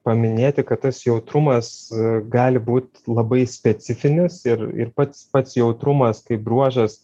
paminėti kad tas jautrumas gali būt labai specifinis ir ir pats pats jautrumas kaip bruožas